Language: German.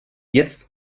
jetzt